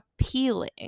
appealing